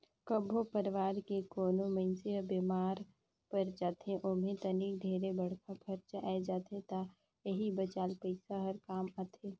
कभो परवार के कोनो मइनसे हर बेमार पर जाथे ओम्हे तनिक ढेरे बड़खा खरचा आये जाथे त एही बचाल पइसा हर काम आथे